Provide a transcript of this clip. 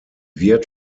wird